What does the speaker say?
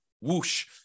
Whoosh